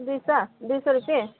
दुई सय दुई सय रुप्पे